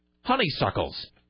Honeysuckle's